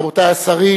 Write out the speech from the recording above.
רבותי השרים,